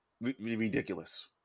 Ridiculous